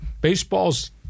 Baseball's